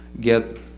get